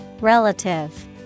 Relative